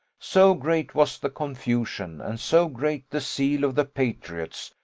so great was the confusion, and so great the zeal of the patriots,